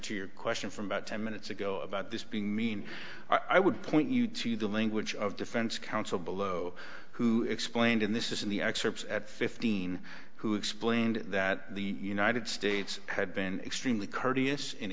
to your question from about ten minutes ago about this being mean i would point you to the language of defense counsel below who explained in this in the excerpts at fifteen who explained that the united states had been extremely courteous in